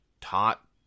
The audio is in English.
taught